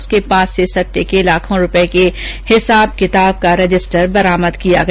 उसके पास से सट्टे के लाखों रूपयों के हिसाब किताब का रजिस्टर बरामद किया गया